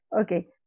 Okay